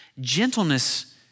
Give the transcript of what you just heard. Gentleness